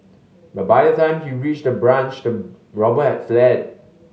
but by the time he reached the branch the robber had fled